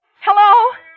Hello